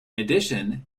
addition